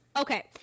Okay